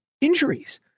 injuries